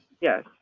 Yes